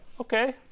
okay